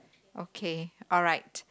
okay alright